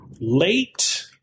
late